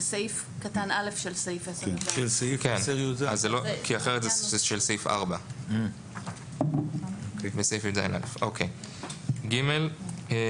בסעיף קטן (א) של סעיף 10יז. כי אחרת זה של סעיף 4. הובאו